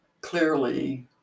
clearly